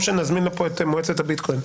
או שנזמין לפה את מועצת הביטקוין.